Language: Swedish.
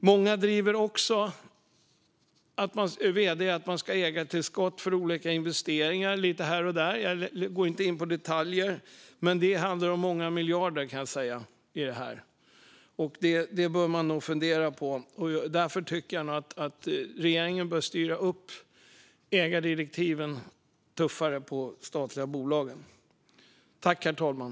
Många vd:ar driver att man ska ha ägartillskott för olika investeringar lite här och där. Jag går inte in på detaljer, men jag kan säga att det handlar om många miljarder. Det bör man nog fundera på, och därför tycker jag att regeringen bör styra upp ägardirektiven tuffare för de statliga bolagen.